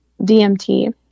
dmt